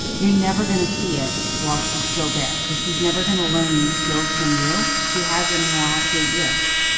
you're never gonna see it while she's still there because she's never going to learn these skills from you. she hasn't in the last eight years.